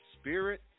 spirit